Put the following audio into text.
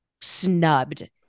snubbed